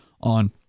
on